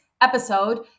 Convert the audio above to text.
episode